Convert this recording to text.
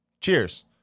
Cheers